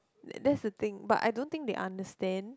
that's the thing but I don't think they understand